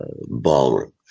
ballroom